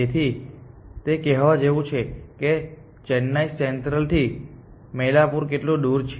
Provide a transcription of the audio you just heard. તેથી તે કહેવા જેવું છે કે ચેન્નાઈ સેન્ટ્રલથી મૈલાપુર કેટલું દૂર છે